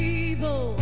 evil